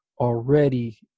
already